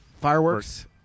Fireworks